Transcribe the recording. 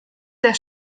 der